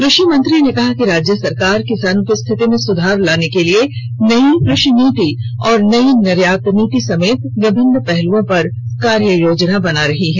कृषि मंत्री ने कहा कि राज्य सरकार किसानों की स्थिति में सुधार लाने के लिए नयी कृषि नीति और कृषि निर्यात नीति समेत विभिन्न पहलुओं पर कार्य योजना बना रही है